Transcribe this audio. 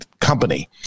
company